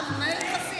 אני יודעת.